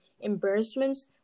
embarrassments